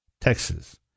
Texas